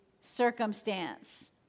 circumstance